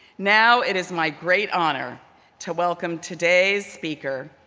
now it is my great honor to welcome today's speaker,